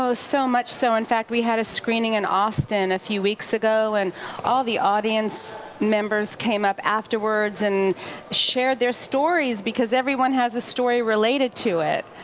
so so much so. in fact, we had a screening in austin a few weeks ago and all the audience members came up afterwards and shared their stories because everyone has a story related to it,